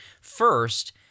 First